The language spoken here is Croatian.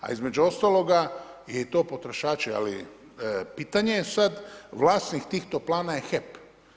A između ostaloga i to potrošači, ali pitanje je sad, vlasnik tih toplana je HEP.